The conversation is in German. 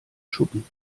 schuppen